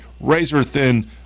razor-thin